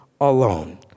alone